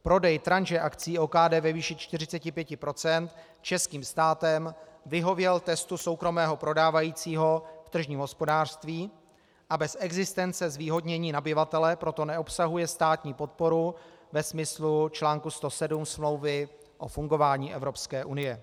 Prodej tranše akcií OKD ve výši 45 % českým státem vyhověl testu soukromého prodávajícího v tržním hospodářství, a bez existence zvýhodnění nabyvatele proto neobsahuje státní podporu ve smyslu článku 107 Smlouvy o fungování Evropské unie.